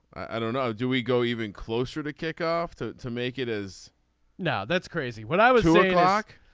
i don't know do we go even closer to kickoff to to make it is now. that's crazy. but i was like